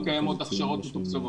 כמעט שנה לא קיימות הכשרות מתוקצבות.